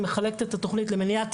שמחלקת את התכנית למניעה,